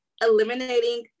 Eliminating